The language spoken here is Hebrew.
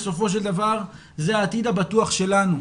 בסופו של דבר זה העתיד הבטוח שלנו,